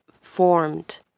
formed